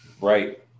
Right